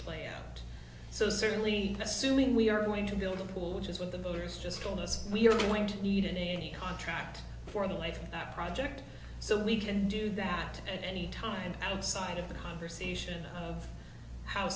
play out so certainly assuming we are willing to build a pool which is what the voters just told us we're going to need a contract for the life of project so we can do that at any time outside of the conversation of how